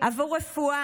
עבור רפואה,